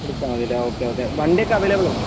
വിളിച്ചാൽ മതിയല്ലേ okay okay വണ്ടിയൊക്കെ അവൈലബിൾ അല്ലേ